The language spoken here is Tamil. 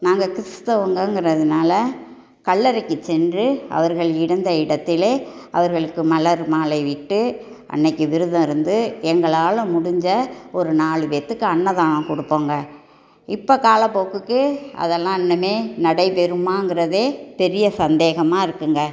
நாங்கள் கிறிஸ்தவங்க என்கிறதுனால கல்லறைக்குச் சென்று அவர்கள் இருந்த இடத்திலே அவர்களுக்கு மலர் மாலையிட்டு அன்றைக்கு விரதம் இருந்து எங்களால் முடிஞ்ச ஒரு நாலு பேர்த்துக்கு அன்னதானம் கொடுப்போங்க இப்போ காலப்போக்குக்கு அதெல்லாம் இன்னுமே நடைபெறுமாங்கிறதே பெரிய சந்தேகமாக இருக்குங்க